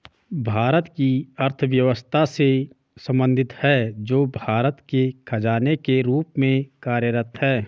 भारत की अर्थव्यवस्था से संबंधित है, जो भारत के खजाने के रूप में कार्यरत है